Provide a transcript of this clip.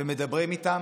ומדברים איתם